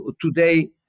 today